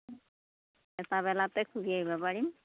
এটা বেলাতে ঘূৰি আহিব পাৰিম